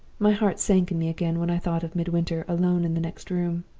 my heart sank in me again when i thought of midwinter alone in the next room.